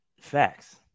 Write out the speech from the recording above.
Facts